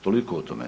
Toliko o tome.